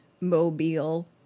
Mobile